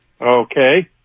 okay